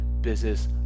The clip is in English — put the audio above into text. business